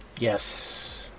Yes